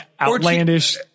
outlandish